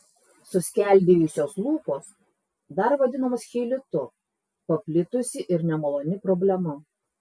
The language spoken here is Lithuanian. suskeldėjusios lūpos dar vadinamos cheilitu paplitusi ir nemaloni problema